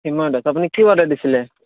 চিন্ময় দাস আপুনি কি অৰ্ডাৰ দিছিলে